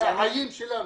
אלה החיים שלנו.